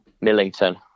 millington